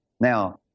Now